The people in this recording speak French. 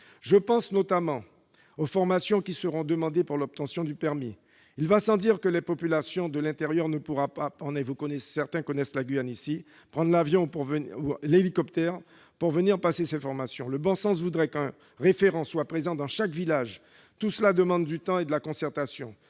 Je pense notamment aux formations qui seront demandées pour l'obtention du permis. Il va sans dire que les populations de l'intérieur ne pourront pas prendre l'avion ou l'hélicoptère pour venir suivre ces formations. Le bon sens voudrait qu'un référent soit présent dans chaque village. Tout cela demande du temps et de la concertation,